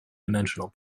dimensional